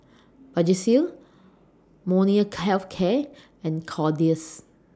Vagisil Molnylcke Health Care and Kordel's